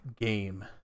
game